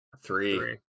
Three